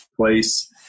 Place